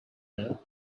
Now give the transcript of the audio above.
now